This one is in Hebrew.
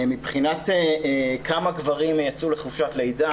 מבחינת כמה גברים יצאו לחופשת לידה,